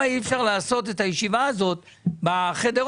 האם אפשר בתוך שבועיים לסיים את העניין עם משרד הכלכלה,